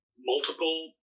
multiple